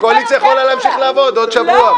הקואליציה יכולה להמשיך לעבוד עוד שבוע.